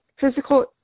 physical